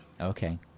Okay